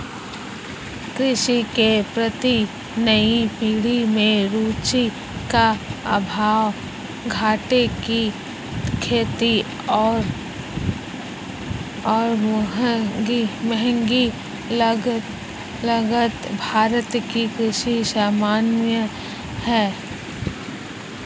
कृषि के प्रति नई पीढ़ी में रुचि का अभाव, घाटे की खेती और महँगी लागत भारत की कृषि समस्याए हैं